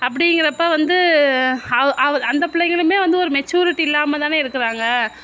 அப்படிங்குறப்ப வந்து அவு அவு அந்த பிள்ளைங்களுமே வந்து ஒரு மெச்சூரிட்டி இல்லாமல்தான இருக்கிறாங்க